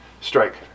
strike